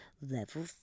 Level